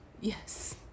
Yes